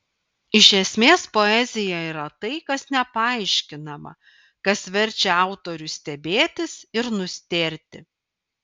iš esmės poezija yra tai kas nepaaiškinama kas verčia autorių stebėtis ir nustėrti